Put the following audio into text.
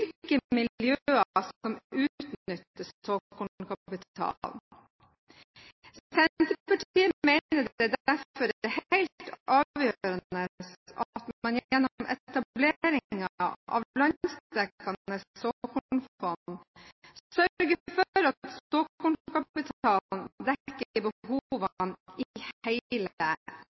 som utnytter såkornkapitalen. Senterpartiet mener det derfor er helt avgjørende at man gjennom etableringen av landsdekkende såkornfond sørger for at